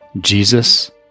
Jesus